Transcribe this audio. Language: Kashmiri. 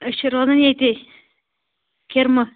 أسۍ چھِ روزان ییٚتہِ کھِرمہٕ